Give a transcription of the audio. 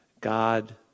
God